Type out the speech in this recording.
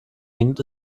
hinkt